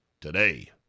Today